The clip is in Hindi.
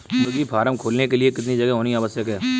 मुर्गी फार्म खोलने के लिए कितनी जगह होनी आवश्यक है?